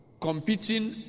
competing